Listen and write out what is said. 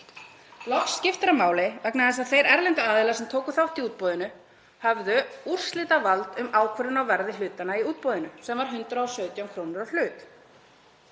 Loks skiptir það máli vegna þess að þeir erlendu aðilar sem tóku þátt í útboðinu höfðu úrslitavald um ákvörðun á verði hlutanna í útboðinu, sem var 117 kr. á hlut.